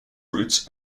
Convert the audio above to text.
routes